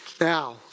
Now